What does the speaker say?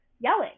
yelling